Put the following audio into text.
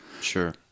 Sure